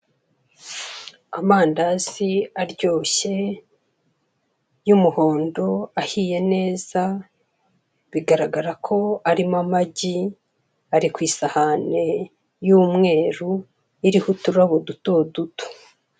Amandazi aryoshye y'umuhondo ahiye neza bigaragara ko arimo amagi, ari ku isahani y'umweru iriho uturabo dutoduto.